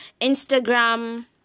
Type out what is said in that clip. Instagram